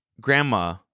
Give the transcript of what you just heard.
grandma